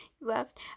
left